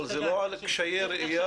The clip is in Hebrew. אבל זה לא על קשיי ראייה?